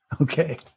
Okay